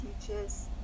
teachers